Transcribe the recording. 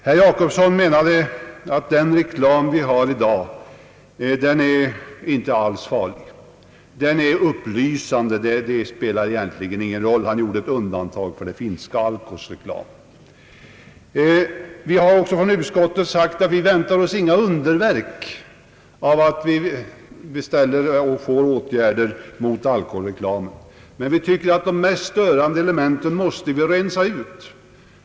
Herr Gösta Jacobsson menade att den reklam som vi i dag har inte alls är farlig. Den är upplysande, och den spelar egentligen inte någon större roll, ansåg herr Jacobsson. Han gjorde dock ett undantag för det finska Alkos reklam. Vi har inom utskottet sagt oss att vi inte väntar oss några underverk av att vi beställer och får åtgärder mot alkoholreklamen. Vi tycker dock att de mest störande elementen måste rensas ut.